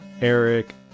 Eric